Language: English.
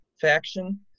faction